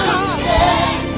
again